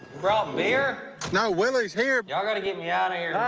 brought beer? no. willie's here. y'all gotta get me outta here.